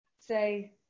say